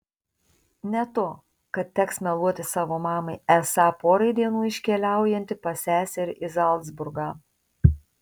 ne to kad teks meluoti savo mamai esą porai dienų iškeliaujanti pas seserį į zalcburgą